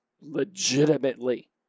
legitimately